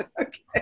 okay